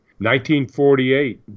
1948